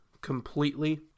completely